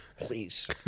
Please